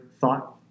thought